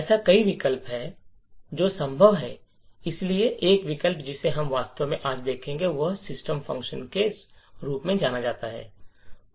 ऐसे कई विकल्प हैं जो संभव हैं इसलिए एक विकल्प जिसे हम वास्तव में आज देखेंगे वह सिस्टम फ़ंक्शन के रूप में जाना जाता है